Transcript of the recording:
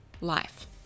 life